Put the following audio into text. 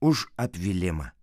už apvylimą